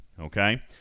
Okay